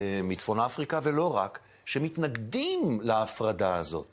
מצפון אפריקה, ולא רק, שמתנגדים להפרדה הזאת.